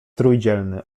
trójdzielny